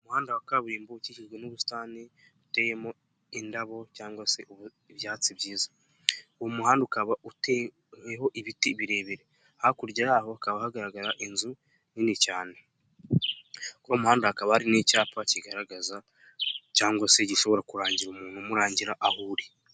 Umuhanda wa kaburimbo ukikijwe n'ubusitaniteyemo indabo cyangwa se ibyatsi byiza, uwo muhanda ukaba uteweho ibiti birebire, hakurya yaho hakaba hagaragara inzu nini cyane, kuri uwo muhanda hakaba hari n'icyapa kigaragaza cyangwa se gishobora kurangira umuntu umurangira aho uri.